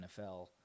NFL